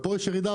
ופה יש ירידה,